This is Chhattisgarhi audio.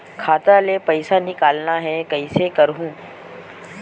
खाता ले पईसा निकालना हे, कइसे करहूं?